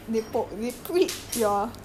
eh ya the the they